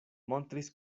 montris